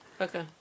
Okay